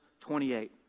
28